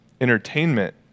entertainment